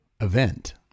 event